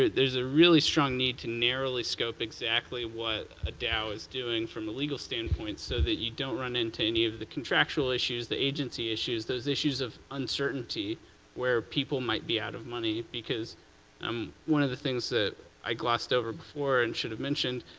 there's a really strong need to narrowly scope exactly what a dao is doing from a legal standpoint so that you don't run into any of the contractual issues, the agency issues, those issues of uncertainty where people might be out of money. um one of the things i glossed over before and should have mentioned,